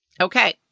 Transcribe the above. Okay